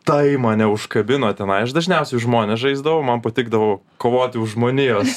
tai mane užkabino tenai aš dažniausiai žmones žaisdavau man patikdavo kovoti už žmonijos